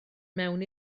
mewn